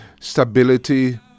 Stability